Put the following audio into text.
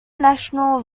national